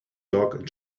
dog